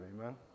amen